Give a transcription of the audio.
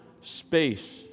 space